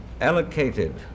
allocated